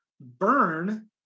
burn